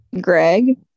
Greg